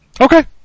Okay